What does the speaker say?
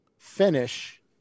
finish